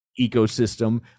ecosystem